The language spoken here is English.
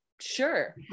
sure